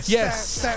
Yes